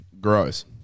Gross